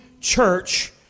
church